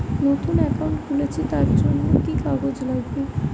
নতুন অ্যাকাউন্ট খুলছি তার জন্য কি কি কাগজ লাগবে?